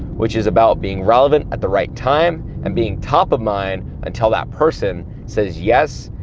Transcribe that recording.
which is about being relevant at the right time, and being top of mind, until that person says yes,